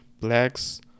blacks